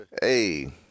Hey